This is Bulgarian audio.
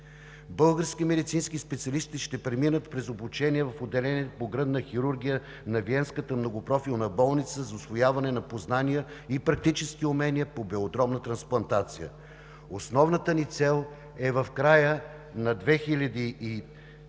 Български медицински специалисти ще преминат през обучение в отделението по „Гръдна хирургия“ на Виенската многопрофилна болница за усвояване на познания и практически умения по белодробна трансплантация. Основната ни цел е в края на 2019 г.,